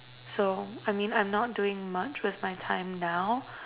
so I mean I'm not doing much with my time now